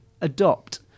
adopt